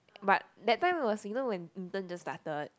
but that time was you know when intern just started